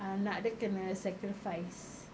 ah anak dia kena sacrifice